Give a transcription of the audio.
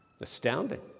Astounding